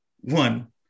one